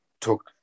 took